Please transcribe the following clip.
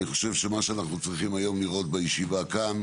אני חושב שמה שאנחנו צריכים היום לראות בישיבה כאן,